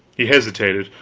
he hesitated,